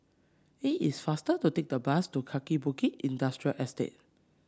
it is faster to take the bus to Kaki Bukit Industrial Estate